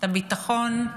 את הביטחון,